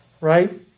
Right